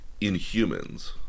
Inhumans